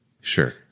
Sure